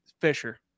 Fisher